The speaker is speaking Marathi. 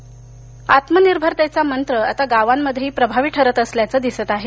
मध्यप्रदेश आत्मनिर्भरतेचा मंत्र आता गावांमध्येही प्रभावी ठरत असल्याचं दिसत आहे